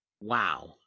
Wow